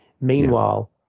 Meanwhile